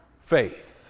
faith